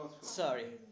Sorry